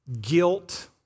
guilt